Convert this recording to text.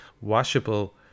washable